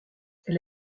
elle